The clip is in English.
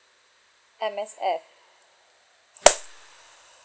M_S_F